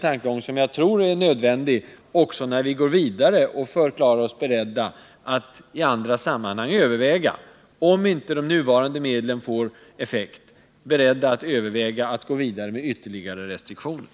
Det är nödvändigt när vi förklarar oss beredda att överväga att gå vidare med ytterligare restriktioner, om inte de nuvarande reglerna får önskad effekt.